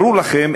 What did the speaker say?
ברור לכם,